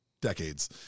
decades